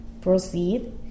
proceed